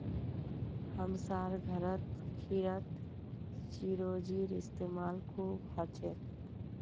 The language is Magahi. हमसार घरत खीरत चिरौंजीर इस्तेमाल खूब हछेक